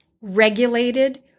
regulated